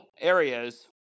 areas